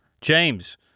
James